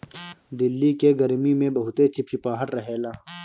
दिल्ली के गरमी में बहुते चिपचिपाहट रहेला